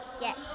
Yes